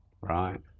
Right